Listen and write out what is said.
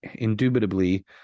indubitably